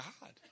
God